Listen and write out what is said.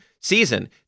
season